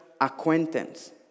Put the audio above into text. acquaintance